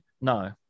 no